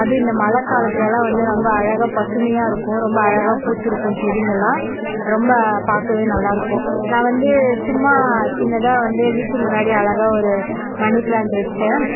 அதுவும் இந்த மழை காலத்திலல்லான் வந்து ரொம்ப அழகாக பசுமையாக இருக்கும் ரொம்ப அழகாக பூத்து இருக்கும் செடிங்களாம் ரொம்ப பார்க்கவே நல்லா இருக்கும் நான் வந்து சும்மா சின்னதாக வந்து வீட்டு முன்னாடி அழகாக ஒரு மனி பிளாண்ட் வச்சேன்